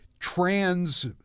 trans